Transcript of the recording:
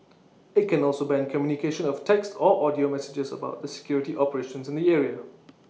IT can also ban communication of text or audio messages about the security operations in the area